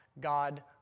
God